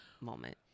moment